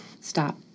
Stop